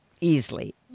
easily